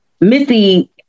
Missy